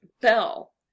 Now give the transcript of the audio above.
bell